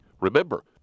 Remember